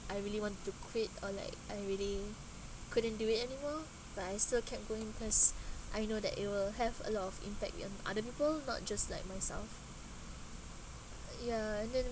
I really want to quit or like I really couldn't do it anymore but I still kept going because I know that it will have a lot of impact on other people not just like myself ya and then